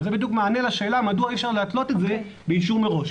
אבל זה בדיוק המענה לשאלה מדוע אי-אפשר להתלות את זה באישור מראש.